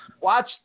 watch